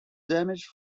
damage